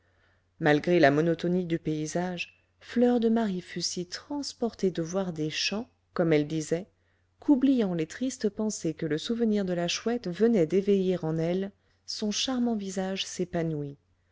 malgré la monotonie du paysage fleur de marie fut si transportée de voir des champs comme elle disait qu'oubliant les tristes pensées que le souvenir de la chouette venait d'éveiller en elle son charmant visage s'épanouit